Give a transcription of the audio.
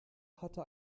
hatte